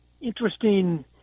interesting